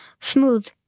smooth